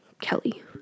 Kelly